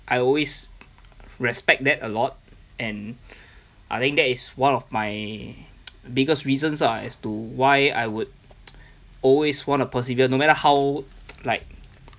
I always respect that a lot and I think that is one of my biggest reasons lah as to why I would always wanna persevere no matter how like